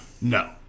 No